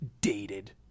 dated